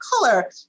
color